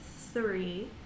three